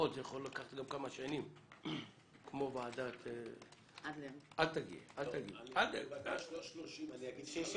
זה יכול לקחת גם כמה שנים --- אני מבקש לא 30 יום,